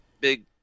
big